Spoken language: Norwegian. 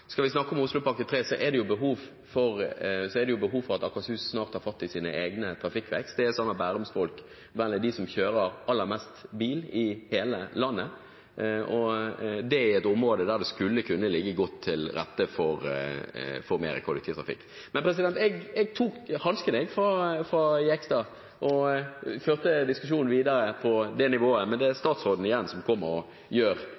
Skal vi snakke om Oslopakke 3, er det jo behov for at Akershus snart tar fatt i sin egen trafikkvekst. Bærumsfolk er vel de som kjører aller mest bil i hele landet, og det i et område der det skulle ligge godt til rette for mer kollektivtrafikk. Jeg tok hansken fra Jegstad og førte diskusjonen videre på det nivået, men det er